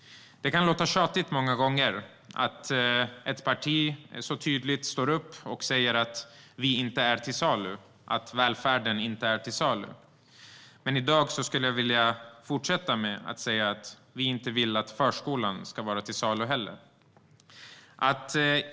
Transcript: Det kan många gånger låta tjatigt att ett parti tydligt står upp och säger: Vi är inte till salu. Välfärden är inte till salu. Men i dag skulle jag vilja fortsätta med att säga att vi inte vill att förskolan ska vara till salu heller.